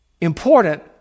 important